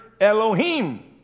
Elohim